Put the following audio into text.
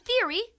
theory